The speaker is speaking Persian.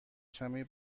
کمی